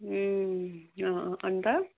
अँ अँ अन्त